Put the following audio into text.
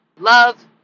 love